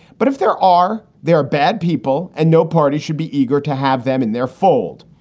but if there are, there are bad people and no party should be eager to have them in their fold.